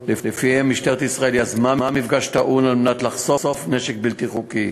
שמשטרת ישראל יזמה מפגש טעון על מנת לחשוף נשק בלתי חוקי.